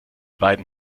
beiden